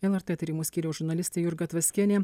lrt tyrimų skyriaus žurnalistė jurga tvaskienė